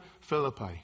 Philippi